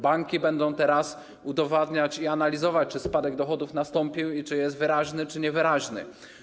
Banki będą teraz udowadniać, analizować, czy spadek dochodów nastąpił i czy jest wyraźny czy niewyraźny.